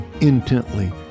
intently